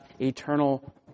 eternal